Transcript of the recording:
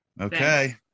Okay